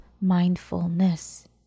mindfulness